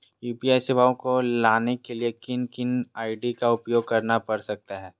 UPI सेवाएं को लाने के लिए किन किन आई.डी का उपयोग करना पड़ सकता है?